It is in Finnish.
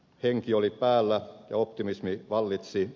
henki oli päällä ja optimismi vallitsi